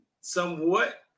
somewhat